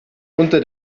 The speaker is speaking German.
unter